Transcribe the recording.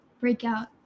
Breakout